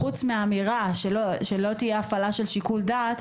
חוץ מהאמירה שלא תהיה הפעלה של שיקול דעת,